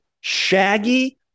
Shaggy